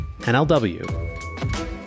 NLW